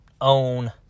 own